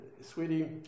Sweetie